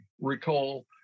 recall